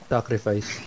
Sacrifice